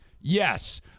Yes